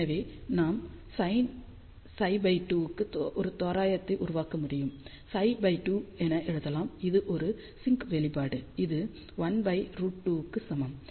எனவே நாம் sinψ 2 க்கு ஒரு தோராயத்தை உருவாக்க முடியும் ψ 2 என எழுதலாம் இது ஒரு சின்க் செயல்பாடு இது 1√2 க்கு சமம்